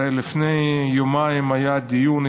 הרי לפני יומיים היה דיון,